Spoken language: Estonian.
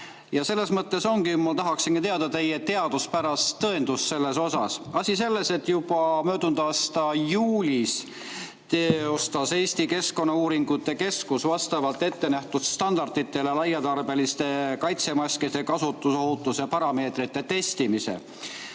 Selles mõttes ma tahaksingi teada teie teaduspärast tõendust selle kohta. Asi selles, et juba möödunud aasta juulis tegi Eesti Keskkonnauuringute Keskus vastavalt ette nähtud standarditele laiatarbeliste kaitsemaskide kasutusohutuse parameetrite testimise.